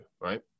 right